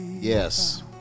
Yes